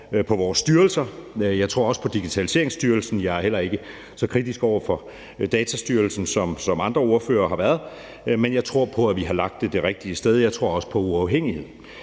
på vores styrelser, og jeg tror også på Digitaliseringsstyrelsen, og jeg er heller ikke så kritisk over for Datatilsynet, som andre ordførere har været. Men jeg tror på, at vi har vi lagt det det rigtige sted, og jeg tror også på uafhængighed.